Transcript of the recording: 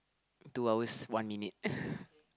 two hours one munite